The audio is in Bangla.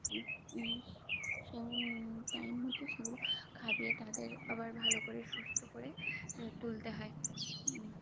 সে টাইম মতো সেগুলো খাইয়ে তাদের আবার ভালো করে সুস্থ করে তুলতে হয়